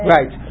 Right